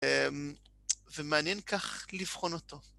ומעניין כך לבחון אותו.